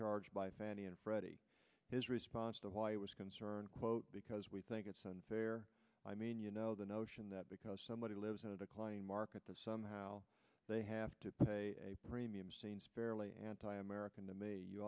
charged by fannie and freddie his response to why was concerned quote because we think it's unfair i mean you know the notion that because somebody lives in a declining market that somehow they have to a premium seems fairly anti american to me you